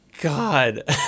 God